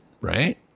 right